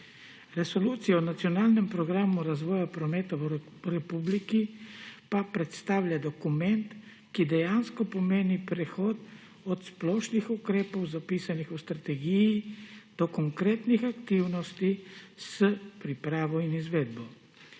Resolucija o nacionalnem programu razvoja prometa v Republiki pa predstavlja dokument, ki dejansko pomeni prehod od splošnih ukrepov, zapisanih v strategiji do konkretnih aktivnosti s pripravo in izvedbo.